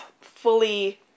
fully